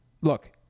look